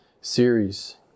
series